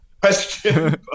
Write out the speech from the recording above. question